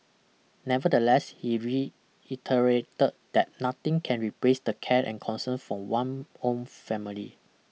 nevertheless he reiterated that nothing can replace the care and concern from one own family